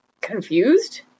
confused